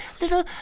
little